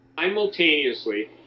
simultaneously